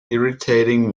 irritating